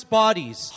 bodies